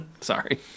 Sorry